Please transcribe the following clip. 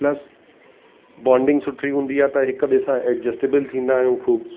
plus bonding सुठी हूंदी आहे त हिक ॿिए सां एडजस्टेबल थींदा आहियूं ख़ूब